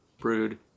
brood